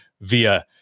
via